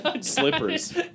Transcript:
Slippers